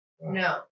no